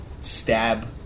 stab